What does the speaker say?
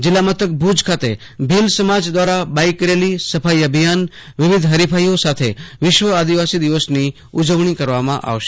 જીલ્લા મથક ભુજ ખાતે ભીલ સમાજ દ્વારા બાઈક રેલીસફાઈ અભિયાનવિવિધ હરીફાઈઓ સાથે વિશ્વ આદિવાસી દિવસની ઉજવણી કરવામાં આવશે